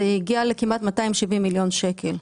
זה היה מגיע לכמעט 270 מיליון שקל.